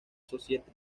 society